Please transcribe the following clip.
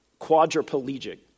quadriplegic